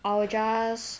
I'll just